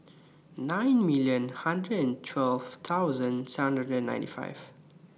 nine million hundred and twelve thousand seven hundred and ninety five